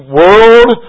world